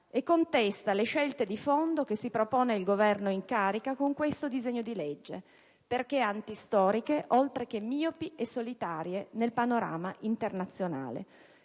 e contesta le scelte di fondo che si propone il Governo in carica con questo disegno di legge, perché antistoriche oltre che miopi e solitarie nel panorama internazionale.